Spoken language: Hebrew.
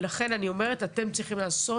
ולכן אני אומרת שאתם צריכים לעשות